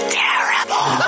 terrible